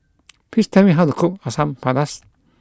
please tell me how to cook Asam Pedas